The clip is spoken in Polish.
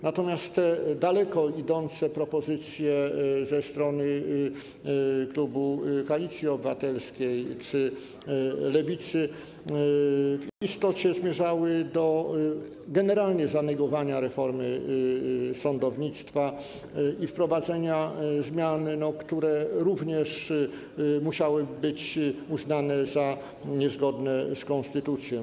Natomiast daleko idące propozycje ze strony klubu Koalicji Obywatelskiej czy Lewicy w istocie zmierzały do generalnego zanegowania reformy sądownictwa i wprowadzenia zmian, które również musiałyby być uznane za niezgodne z konstytucją.